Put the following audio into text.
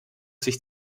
sich